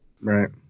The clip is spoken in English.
Right